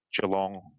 Geelong